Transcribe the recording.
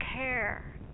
care